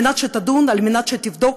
על מנת שתדון, על מנת שתבדוק,